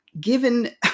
given